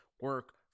Work